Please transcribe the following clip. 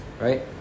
Right